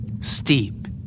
Steep